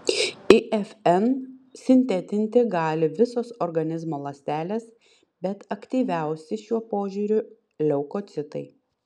ifn sintetinti gali visos organizmo ląstelės bet aktyviausi šiuo požiūriu leukocitai